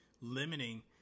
limiting